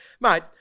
Mate